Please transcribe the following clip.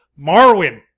Marwin